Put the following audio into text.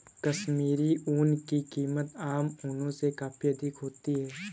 कश्मीरी ऊन की कीमत आम ऊनों से काफी अधिक होती है